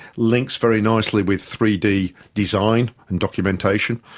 links very nicely with three d design and documentation,